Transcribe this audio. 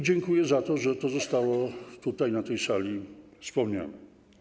Dziękuję za to, że to zostało tutaj, na tej sali, wspomniane.